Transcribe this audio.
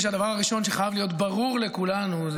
נדמה לי שהדבר הראשון שחייב להיות ברור לכולנו זה